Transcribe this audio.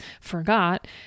forgot